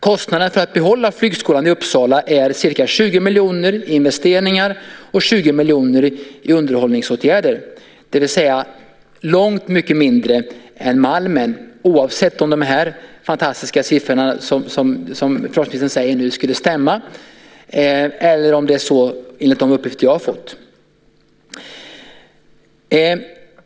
Kostnaderna för att behålla flygskolan i Uppsala är ca 20 miljoner för investeringar och 20 miljoner för underhållsåtgärder, det vill säga långt mycket mindre än för Malmen oavsett om de fantastiska siffrorna som försvarsministern nämner skulle stämma eller de uppgifter som jag har fått.